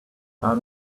about